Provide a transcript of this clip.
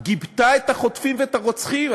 גיבתה את החוטפים ואת הרוצחים.